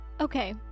Okay